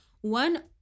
one